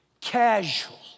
casual